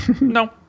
no